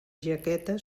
jaqueta